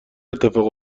اتفاق